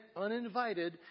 uninvited